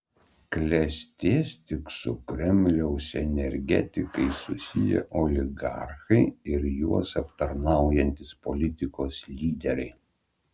klestės tik su kremliaus energetikais susiję oligarchai ir juos aptarnaujantys politikos lyderiai